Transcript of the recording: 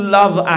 love